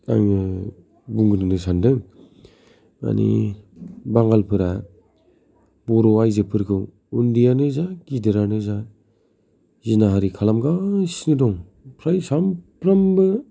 आं बुंग्रोनो सान्दों मानि बांगालफोरा बर' आइजो फोरखौ उन्दैयानो जा गिदिरानो जा जिनाहारि खालामगासिनो दं फ्राय सामफ्रोमबो